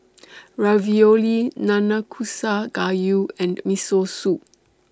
Ravioli Nanakusa Gayu and Miso Soup